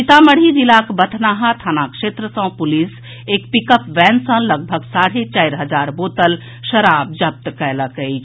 सीतामढ़ी जिलाक बथनाहा थाना क्षेत्र सँ पुलिस एक पिकअप वैन सँ लगभग साढ़े चारि हजार बोतल शराब जब्त कयलक अछि